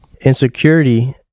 Insecurity